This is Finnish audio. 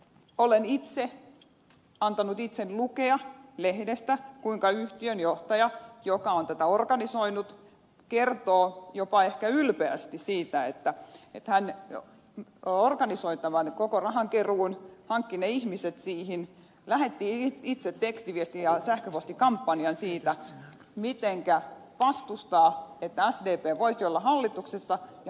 olen itse antanut itseni lukea lehdestä kuinka yhtiön johtaja joka on tätä organisoinut kertoo jopa ehkä ylpeästi siitä että hän organisoi koko tämän rahankeruun hankki ne ihmiset siihen hoiti itse tekstiviesti ja sähköpostikampanjan siitä miten vastustaa sitä että sdp voisi olla hallituksessa ja siitä että haluaa sinne porvarit